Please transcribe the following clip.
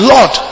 Lord